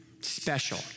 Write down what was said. special